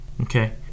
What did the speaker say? okay